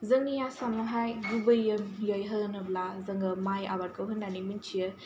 जोंनि आसामावहाय गुबैयो यै होनोब्ला जोङो माइ आबादखौ होननानै मिनथियो